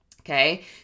okay